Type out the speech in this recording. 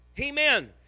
Amen